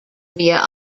via